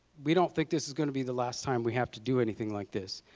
we don't think this is going to be the last time we have to do anything like this,